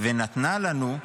ונתנה לנו,